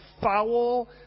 foul